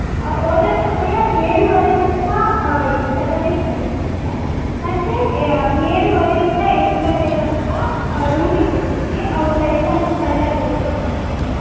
ಓದಕ್ಕೆ ಸಮಯ ಏಳೂವರೆ ತನಕ ಇದು ತರಬೇತಿ ನಡಿಯತ್ತೆ ಮತ್ತೆ ಏಳೂವರೆಯಿಂದ ಎಂಟು ಗಂಟೆ ತನಕ ರೂಮಿಗೆ ಬಿಡ್ತೀವಿ ಅವರು ಕೈಕಾಲು ಮುಖ ಎಲ್ಲ ತೊಳ್ಕೊಂಡು ಬರ್ಬೋದು